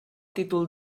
títol